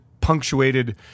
punctuated